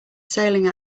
sailing